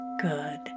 good